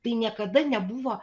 tai niekada nebuvo